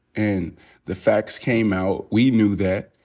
and the facts came out. we knew that.